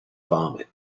vomit